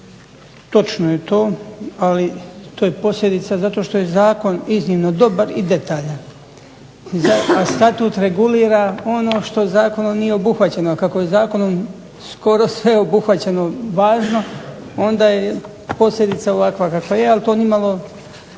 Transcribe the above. Točno je to, ali to je posljedica zato što je Zakon dobar i detaljan, a Statut regulira ono što Zakonom nije obuhvaćeno, a kako je Zakonom gotovo sve obuhvaćeno, važno, onda je posljedica ovakva kakva je ali to nimalo